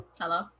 Hello